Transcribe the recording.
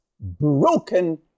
broken